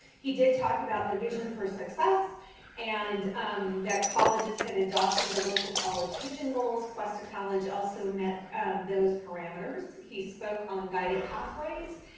he did talk about the vision for success and that colleges had adopted the local college vision goals, cuesta college also met those parameters. he spoke on guided pathways,